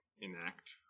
enact